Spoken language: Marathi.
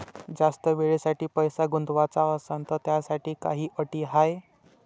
जास्त वेळेसाठी पैसा गुंतवाचा असनं त त्याच्यासाठी काही अटी हाय?